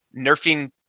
nerfing